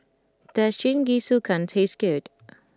does Jingisukan taste good